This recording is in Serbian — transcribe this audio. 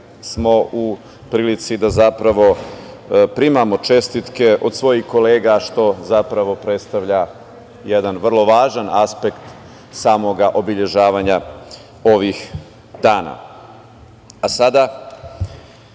smo u prilici da primamo čestitke od svojih kolega, što zapravo predstavlja jedan vrlo važan aspekt samog obeležavanja ovih dana. Sada